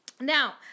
Now